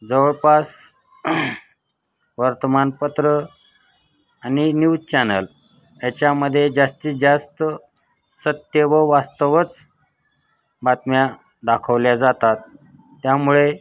जवळ पास वर्तमानपत्रं आणि न्यूज चॅनल याच्यामध्ये जास्तीत जास्त सत्य व वास्तवच बातम्या दाखवल्या जातात त्यामुळे